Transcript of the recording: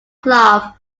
clough